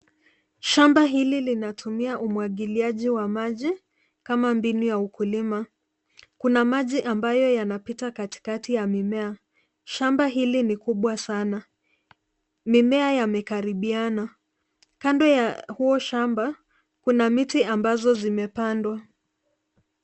Shamba hili linatumia umwagiliaji wa maji kama mbinu ya ukulima. Kuna maji ambayo yanapita katikati ya mimea. Shamba hili ni kubwa sana. Mimea yamekaribiana. Kando ya huo shamba kuna miti ambazo zimepandwa.